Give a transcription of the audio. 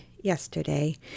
yesterday